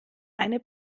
eine